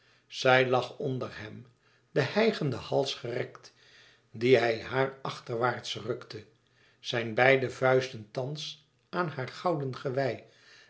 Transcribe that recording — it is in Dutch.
zij lag onder hem den hijgenden hals gerekt dien hij haar achterwaarts rukte zijn beide vuisten thans aan haar gouden gewei